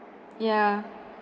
ya